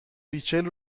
ریچل